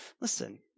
Listen